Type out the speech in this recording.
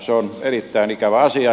se on erittäin ikävä asia